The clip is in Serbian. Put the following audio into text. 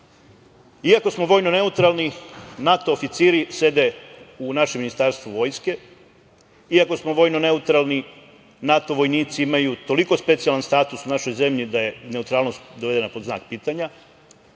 iako smo vojno neutralni, NATO oficiri sede u našem Ministarstvu vojske, iako smo vojno neutralni, NATO vojnici imaju toliko specijalni status u našoj zemlji da je neutralnost dovedena pod znak pitanja,